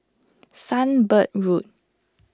Sunbird Road